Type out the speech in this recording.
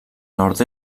nord